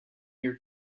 your